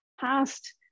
past